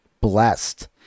blessed